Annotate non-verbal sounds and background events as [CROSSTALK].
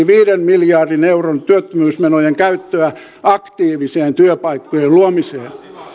[UNINTELLIGIBLE] viiden miljardin euron työttömyysmenojen käyttöä aktiiviseen työpaikkojen luomiseen